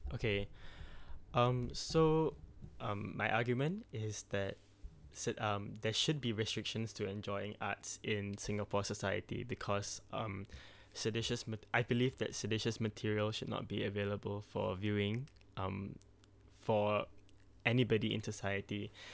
okay um so um my argument is that sed~ there should um there should be restrictions to enjoying arts in singapore society because um seditious mat~ I believe that seditious material should not be available for viewing um for anybody in society